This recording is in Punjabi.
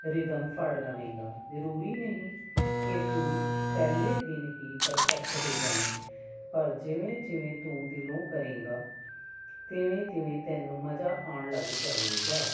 ਰਿਧਮ ਫੜ ਲਵੇਂਗਾ ਜ਼ਰੂਰੀ ਨਹੀਂ ਕਿ ਤੂੰ ਪਹਿਲੇ ਦਿਨ ਹੀ ਪਰਫੈਕਟ ਹੋ ਜਾਵੇਂ ਪਰ ਜਿਵੇਂ ਜਿਵੇਂ ਤੂੰ ਦਿਲੋਂ ਕਰੇਂਗਾ ਤਿਵੇਂ ਤਿਵੇਂ ਤੈਨੂੰ ਮਜ਼ਾ ਆਉਣ ਲੱਗ ਜਾਵੇਗਾ